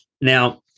now